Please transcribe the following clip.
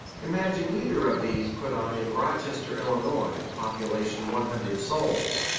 imagine either of these put on in rochester, illinois, population one hundred souls.